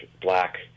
black